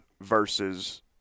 versus